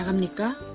ah me cover